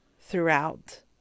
throughout